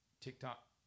TikTok